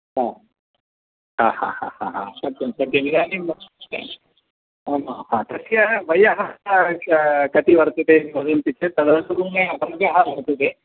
हा हा हा हा हा हा सत्यं सत्यमिदानीं नाम तस्य वयः कति वर्तते इति वदन्ति चेत् तदनुगुण्य पठ्यः वर्तते